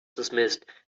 dismissed